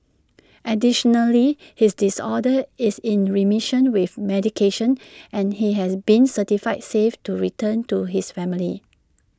additionally his disorder is in remission with medication and he has been certified safe to returned to his family